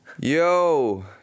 Yo